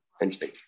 Interesting